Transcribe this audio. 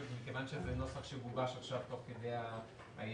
מכיוון שזה נוסח שגובש עכשיו תוך כדי הישיבה,